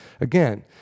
Again